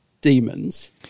demons